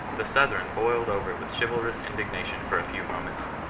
the southron boiled over with chivalrous indignation for a few moments,